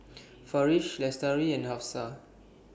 Farish Lestari and Hafsa